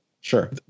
Sure